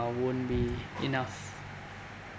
uh won't be enough